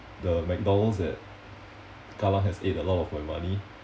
the mcdonald's at kallang has ate a lot of my money